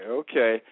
okay